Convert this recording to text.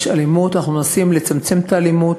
יש אלימות, ואנחנו מנסים לצמצם את האלימות.